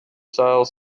style